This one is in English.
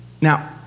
Now